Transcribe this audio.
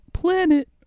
planet